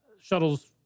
Shuttles